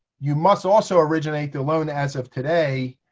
you must also originate the loan as of today,